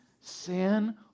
sin